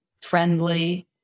friendly